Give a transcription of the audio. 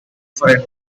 suitable